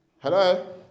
hello